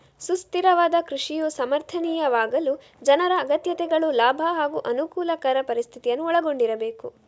ಸುಸ್ಥಿರವಾದ ಕೃಷಿಯು ಸಮರ್ಥನೀಯವಾಗಲು ಜನರ ಅಗತ್ಯತೆಗಳು ಲಾಭ ಹಾಗೂ ಅನುಕೂಲಕರ ಪರಿಸ್ಥಿತಿಯನ್ನು ಒಳಗೊಂಡಿರಬೇಕು